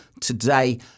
today